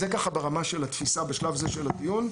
אז זה ברמת התפיסה בשלב זה של הדיון.